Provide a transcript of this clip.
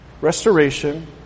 restoration